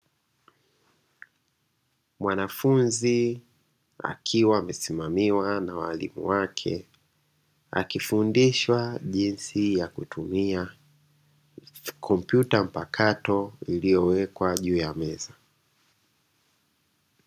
Mwanafunzi akiwa anasimamiwa na walimu wake akifundishwa jinsi ya kutumia kompyuta mpakato iliyowekwa juu ya meza.